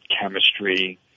chemistry